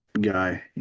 guy